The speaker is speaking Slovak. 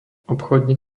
obchodník